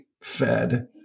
fed